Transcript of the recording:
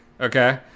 Okay